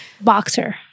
boxer